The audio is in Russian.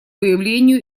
выявлению